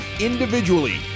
individually